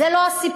זה לא הסיפור.